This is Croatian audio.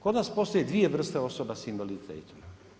Kod nas postoje dvije vrste osoba sa invaliditetom.